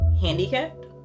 handicapped